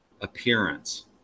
appearance